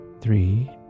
three